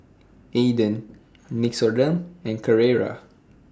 Aden Nixoderm and Carrera